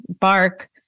bark